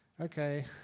Okay